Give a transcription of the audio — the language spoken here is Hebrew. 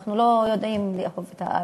אנחנו לא יודעים לאהוב את הארץ,